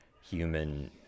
human